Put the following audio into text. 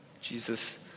Jesus